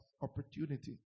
opportunity